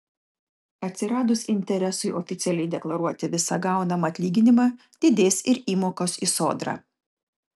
atsiradus interesui oficialiai deklaruoti visą gaunamą atlyginimą didės ir įmokos į sodrą